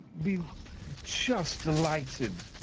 be just delighted